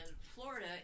Florida